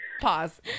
Pause